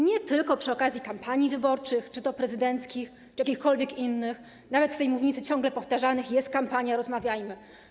Nie tylko przy okazji kampanii wyborczych, czy to prezydenckich, czy jakichkolwiek innych, nawet z tej mównicy ciągle powtarzane jest: jest kampania, rozmawiajmy.